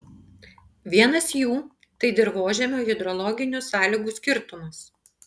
vienas jų tai dirvožemio hidrologinių sąlygų skirtumas